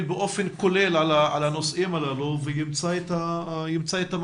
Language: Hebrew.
באופן כולל על הנושאים הללו וימצא את המענים.